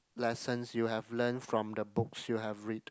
lessons you have learnt from the books you have read